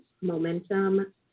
Momentum